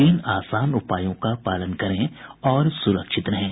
तीन आसान उपायों का पालन करें और सुरक्षित रहें